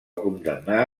condemnar